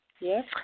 Yes